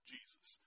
Jesus